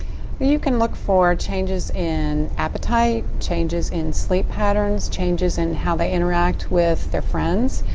you can look for changes in appetite, changes in sleep patterns, changes in how they interact with their friends.